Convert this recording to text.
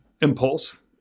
impulse